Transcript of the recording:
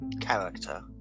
character